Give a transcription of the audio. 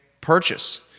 purchase